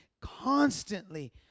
constantly